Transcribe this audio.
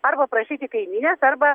arba prašyti kaimynės arba